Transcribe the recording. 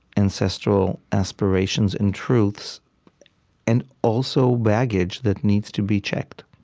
ancestral aspirations and truths and also baggage that needs to be checked.